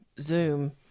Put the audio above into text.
Zoom